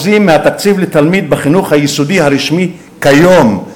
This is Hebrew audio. מהתקציב לתלמיד בחינוך היסודי הרשמי כיום.